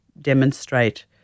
demonstrate